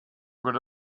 good